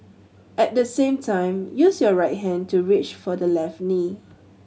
at the same time use your right hand to reach for the left knee